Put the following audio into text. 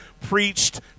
preached